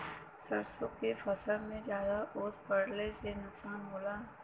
सरसों के फसल मे ज्यादा ओस पड़ले से का नुकसान होला?